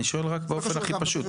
אני שואל רק באופן הכי פשוט.